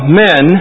men